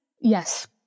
Yes